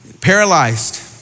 Paralyzed